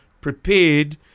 prepared